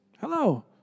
hello